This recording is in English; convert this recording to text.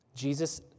Jesus